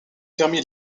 fermer